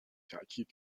تاکید